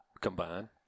combine